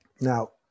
Now